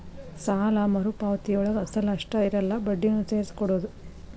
ಸಾಲ ಮರುಪಾವತಿಯೊಳಗ ಅಸಲ ಅಷ್ಟ ಇರಲ್ಲ ಬಡ್ಡಿನೂ ಸೇರ್ಸಿ ಕೊಡೋದ್